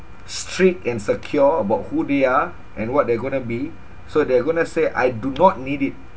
strict and secure about who they are and what they're going to be so they're going to say I do not need it